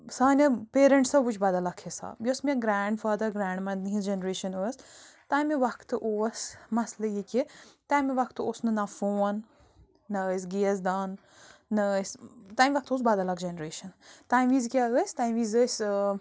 سانیٛو پیرنٛٹسو وُچھ بدل اَکھ حساب یۄس مےٚ گرٛینٛڈ فادر گرٛینٛڈ مدرِ ہنٛز جنریشن ٲس تَمہِ وقتہٕ اوس مسلہٕ یہِ کہِ تَمہِ وقتہٕ اوس نہٕ نَہ فون نَہ ٲسۍ گیس دان نَہ ٲسۍ تَمہِ وقتہٕ اوس بدل اَکھ جنریشَن تَمہِ وزۍ کیٛاہ ٲسی تَمہِ وزۍ ٲسۍ ٲں